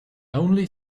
only